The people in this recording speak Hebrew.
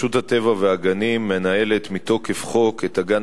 רשות הטבע והגנים מנהלת מתוקף חוק את הגן